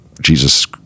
Jesus